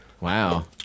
wow